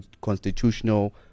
constitutional